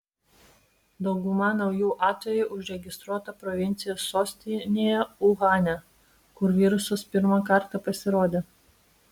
dauguma naujų atvejų užregistruota provincijos sostinėje uhane kur virusas pirmą kartą pasirodė